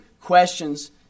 questions